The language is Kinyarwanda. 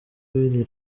w’iri